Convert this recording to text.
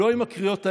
לא עם הקריאות האלה,